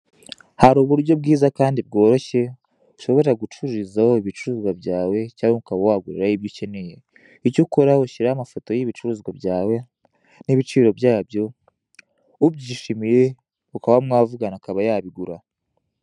Hari uburyo bwiza kandi bworoshye, ushobora gucururizaho ibicuruzwa byawe, cyangwa ukaba waguriraho ibyo ukeneye. Icyo ukora, ushyiraho amafoto y'ibicuruzwa byawe, n'ibiciro byabo, ubwishyimiye mukaba mwavugana, akaba yabigura.